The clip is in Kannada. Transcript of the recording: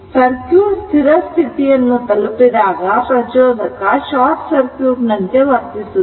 ಸರ್ಕ್ಯೂಟ್ ಸ್ಥಿರ ಸ್ಥಿತಿಯನ್ನು ತಲುಪಿದಾಗ ಪ್ರಚೋದಕ ಶಾರ್ಟ್ ಸರ್ಕ್ಯೂಟ್ ನಂತೆ ವರ್ತಿಸುತ್ತದೆ